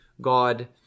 God